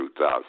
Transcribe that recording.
2000